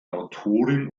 autorin